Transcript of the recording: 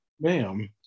ma'am